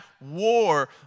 war